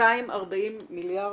240 מיליארד?